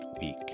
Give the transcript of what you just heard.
week